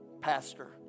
pastor